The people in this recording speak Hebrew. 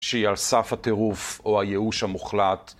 שהיא על סף הטירוף או הייאוש המוחלט.